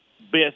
best